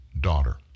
daughter